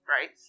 right